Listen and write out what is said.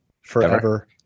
forever